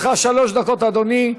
יש לך שלוש דקות, אדוני,